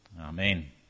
amen